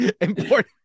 important